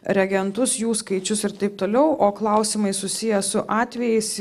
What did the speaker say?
reagentus jų skaičius ir taip toliau o klausimai susiję su atvejais